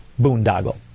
boondoggle